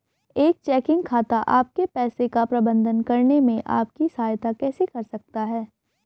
एक चेकिंग खाता आपके पैसे का प्रबंधन करने में आपकी सहायता कैसे कर सकता है?